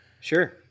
Sure